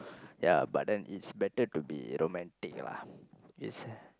ya but then it's better to be romantic lah is a